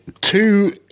two